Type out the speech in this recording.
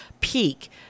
peak